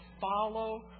follow